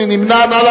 מי נמנע?